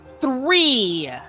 three